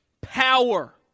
power